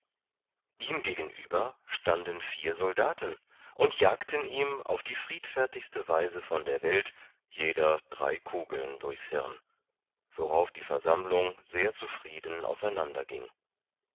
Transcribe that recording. ihm gegenüber standen vier soldaten und jagten ihm auf die friedfertigste weise von der welt jeder drei kugeln durchs hirn worauf die versammlung sehr zufrieden aus